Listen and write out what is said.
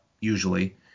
usually